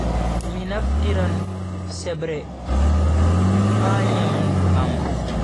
Mi naftiraan sebre ha nyamdu am.